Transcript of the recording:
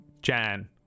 Jan